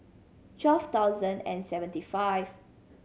twelve thousand and seventy five